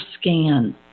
scan